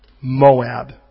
Moab